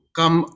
come